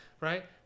right